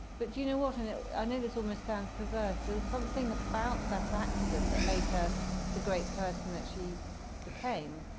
but do you know what? and i know this almost sounds perverse. there was something about that accident that made her the great person that she became,